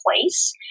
place